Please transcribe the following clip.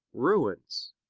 ruins,